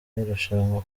irushanwa